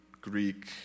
Greek